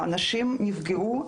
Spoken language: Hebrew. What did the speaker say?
כי האנשים נפגעו,